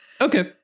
Okay